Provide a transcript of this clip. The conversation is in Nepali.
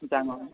जानु आउनु